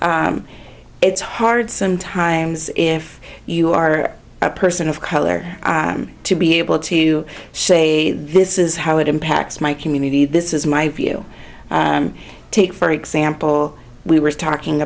story it's hard sometimes if you are a person of color to be able to say this is how it impacts my community this is my view take for example we were talking